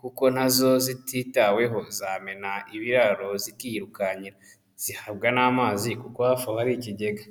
kuko na zo zititaweho zamena ibiraro zikiyirukankira, zihabwa n'amazi kuko hafi aho hari ikigega.